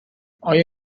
آیا